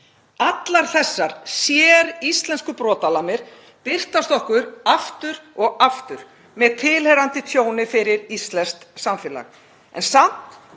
Allar þessar séríslensku brotalamir birtast okkur aftur og aftur, með tilheyrandi tjóni fyrir íslenskt samfélag. Samt